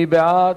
מי בעד?